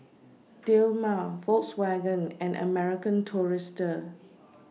Dilmah Volkswagen and American Tourister